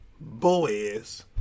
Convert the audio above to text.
boys